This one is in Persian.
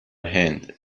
هند